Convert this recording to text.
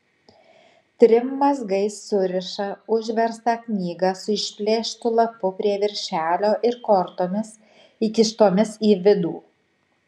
trim mazgais suriša užverstą knygą su išplėštu lapu prie viršelio ir kortomis įkištomis į vidų